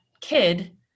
kid